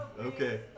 Okay